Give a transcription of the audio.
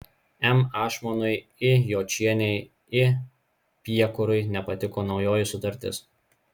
m ašmonui i jočienei i piekurui nepatiko naujoji sutartis